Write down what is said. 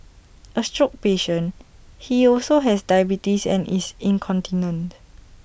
A stroke patient he also has diabetes and is incontinent